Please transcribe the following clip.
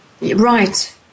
Right